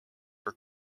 for